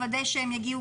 נוודא שהם יגיעו